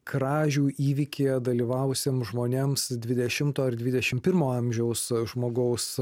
kražių įvykyje dalyvavusiem žmonėms dvidešimto ir dvidešimt pirmo amžiaus žmogaus